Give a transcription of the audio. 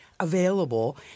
available